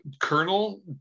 Colonel